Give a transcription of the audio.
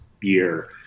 year